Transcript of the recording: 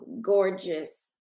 gorgeous